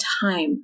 time